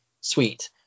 sweet